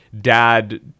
dad